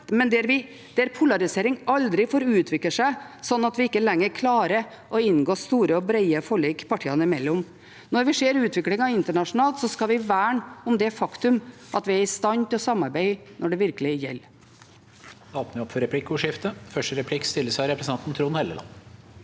men der polarisering aldri får utvikle seg slik at vi ikke lenger klarer å inngå store og brede forlik partiene imellom. Når vi ser utviklingen internasjonalt, skal vi verne om det faktum at vi er i stand til å samarbeide når det virkelig gjelder.